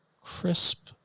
crisp